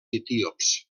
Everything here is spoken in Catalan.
etíops